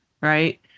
right